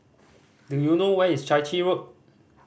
do you know where is Chai Chee Road